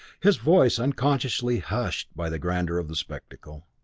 his voice unconsciously hushed by the grandeur of the spectacle.